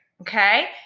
Okay